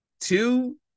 two